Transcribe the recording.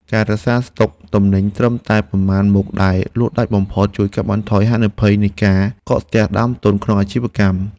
ការរក្សាស្តុកទំនិញត្រឹមតែប៉ុន្មានមុខដែលលក់ដាច់បំផុត ជួយកាត់បន្ថយហានិភ័យនៃការកកស្ទះដើមទុនក្នុងអាជីវកម្ម។